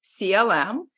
CLM